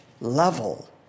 level